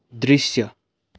दृश्य